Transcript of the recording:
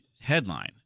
headline